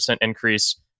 increase